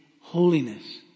holiness